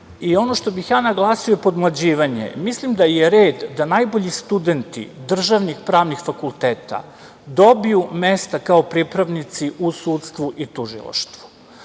i ono što bih ja naglasio podmlađivanje. Mislim da je red da najbolji studenti državnih pravnih fakulteta dobiju mesta kao pripravnici u sudstvu i tužilaštvu,